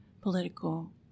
political